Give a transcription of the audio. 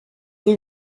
rue